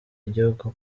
igihugu